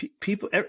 people